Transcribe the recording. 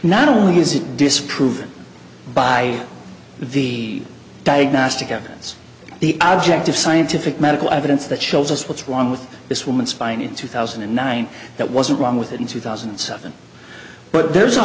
not only is it disproven by the diagnostic evidence the object of scientific medical evidence that shows us what's wrong with this woman spine in two thousand and nine that wasn't wrong with it in two thousand and seven but there's a